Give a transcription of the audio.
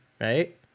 right